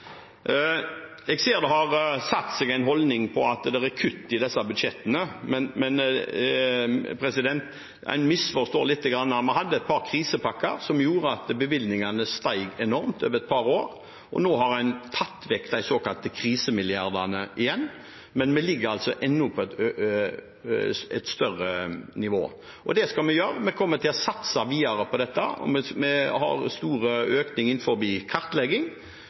Jeg ser at det har satt seg en holdning om at det er kutt i disse budsjettene, men en misforstår lite grann. Vi hadde et par krisepakker som gjorde at bevilgningene steg enormt over et par år. Nå har en tatt vekk igjen de såkalte krisemilliardene, men vi ligger altså ennå på et høyere nivå. Og det skal vi gjøre, vi kommer til å satse videre på dette. Vi har stor økning innenfor kartlegging